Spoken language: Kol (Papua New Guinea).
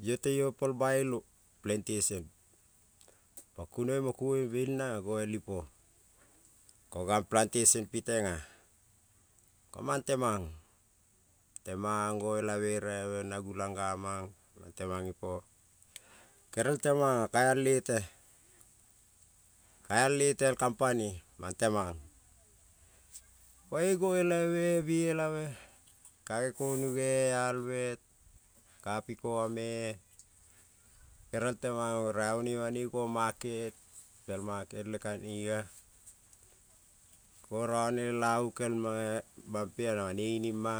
Io te io pol bailu plentesen, pa kunoi mo kumoi bena ngoal ipo ko gan plentesen piteng ko mang temang goelabe raibe na gulan nga mang mong kemang ipo gerel temang ka ai lete ka ai lete el kampani mang temong kong ngo elabe be elabe kane konuge albe kapiko me gerel teman raibe noi bonoi no maket pel maket le kanina ko rone lela bu kel mape a na banoi inima